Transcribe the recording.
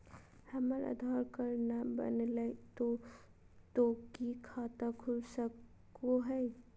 हमर आधार कार्ड न बनलै तो तो की खाता खुल सको है?